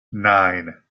nine